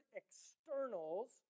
externals